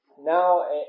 now